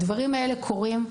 הדברים האלה קורים.